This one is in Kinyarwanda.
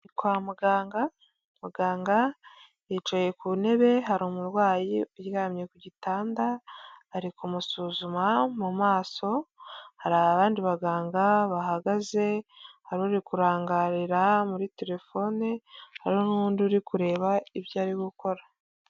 Kwa muganga, muganga yicaye ku ntebe hari umurwayi uryamye ku gitanda ari kumusuzuma mu maso, hari abandi baganga bahagaze hari uri kurangarira muri telefone hari n'undi uri kureba ibyo ari gukora.